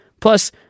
Plus